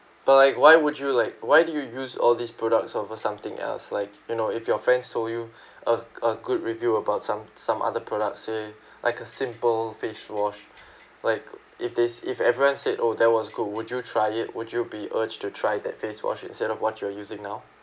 but like why would you like why do you use all these products or not something else like you know if your friends told you a a good review about some some other product say like a simple face wash like if there's if everyone said oh that was good would you try it would you be urged to try that face wash instead of what you're using now